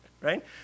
Right